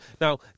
Now